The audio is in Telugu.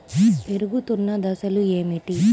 పెరుగుతున్న దశలు ఏమిటి?